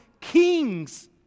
kings